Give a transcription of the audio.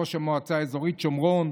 ראש המועצה האזורית שומרון,